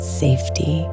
safety